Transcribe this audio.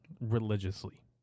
religiously